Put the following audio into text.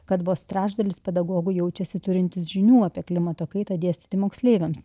kad vos trečdalis pedagogų jaučiasi turintys žinių apie klimato kaitą dėstyti moksleiviams